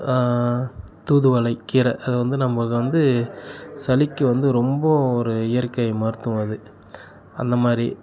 தூதுவளை கீரை அது வந்து நமக்கு வந்து சளிக்கு வந்து ரொம்ப ஒரு இயற்கை மருத்துவம் அது அந்த மாதிரி